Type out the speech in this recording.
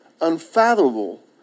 Unfathomable